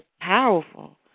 powerful